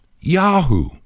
Yahoo